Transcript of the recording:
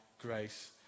grace